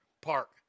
park